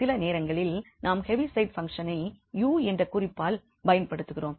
சில நேரங்களில் நாம் ஹேவிசைடு பங்க்ஷ்னை 𝑢 என்கிற குறிப்பால் பயன்படுத்துகிறோம்